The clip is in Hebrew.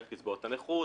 נכות,